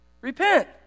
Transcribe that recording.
Repent